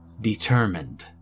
determined